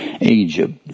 Egypt